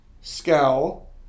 scowl